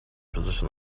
position